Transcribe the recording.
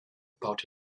about